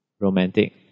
romantic